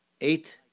eight